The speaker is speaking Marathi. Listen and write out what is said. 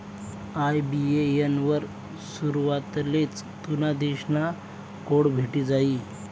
आय.बी.ए.एन वर सुरवातलेच तुना देश ना कोड भेटी जायी